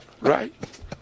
Right